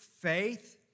faith